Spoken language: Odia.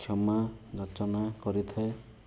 କ୍ଷମା ଯାଚନା କରିଥାଏ